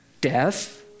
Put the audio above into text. death